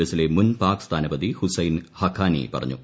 എസിലെ മുൻ പാക് സ്ഥാനപതി ഹുസൈൻ ഹഖാനി പറഞ്ഞു